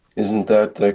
isn't that